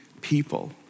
people